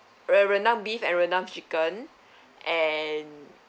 uh rendang beef and rendang chicken and